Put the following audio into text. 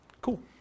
Cool